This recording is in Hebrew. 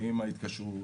ההתקשרות,